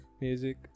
music